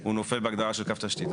הוא נופל בהגדרה של קו תשתית,